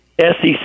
sec